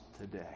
today